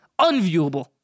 unviewable